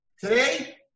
Today